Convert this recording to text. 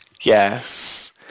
Yes